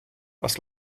was